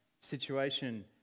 situation